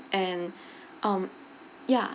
and um ya